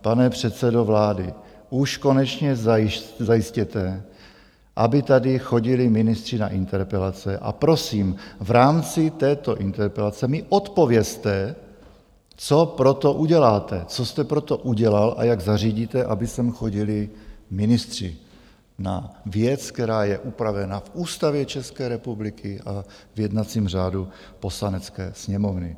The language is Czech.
Pane předsedo vlády, už konečně zajistěte, aby tady chodili ministři na interpelace, a prosím, v rámci této interpelace mi odpovězte, co pro to uděláte, co jste pro to udělal a jak zařídíte, aby sem chodili ministři na věc, která je upravena v Ústavě České republiky a v jednacím řádu Poslanecké sněmovny.